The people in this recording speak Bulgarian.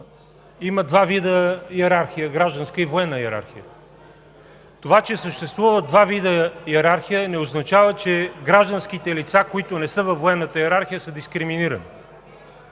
има два вида йерархия – гражданска и военна. Това, че съществуват два вида йерархия, не означава, че гражданските лица, които не са във военната йерархия, са дискриминирани.